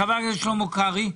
חבר הכנסת שלמה קרעי.